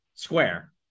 square